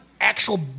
actual